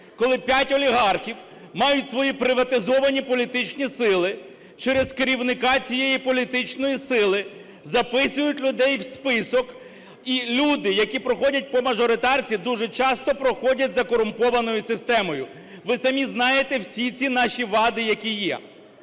коли п'ять олігархів мають свої приватизовані політичні сили, через керівника цієї політичної сили записують людей в список, і люди, які проходять по мажоритарці, дуже часто проходять за корумпованою системою. Ви самі знаєте всі ці наші вади, які є.